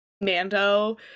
Mando